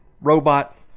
robot